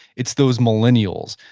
it's those millennials,